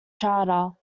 charter